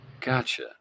Gotcha